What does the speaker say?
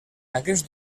aquest